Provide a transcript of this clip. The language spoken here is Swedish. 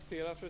Fru talman!